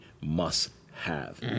must-have